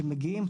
שמגיעים,